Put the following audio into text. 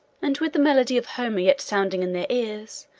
and with the melody of homer yet sounding in their ears,